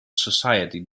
society